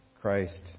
Christ